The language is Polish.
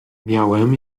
miałem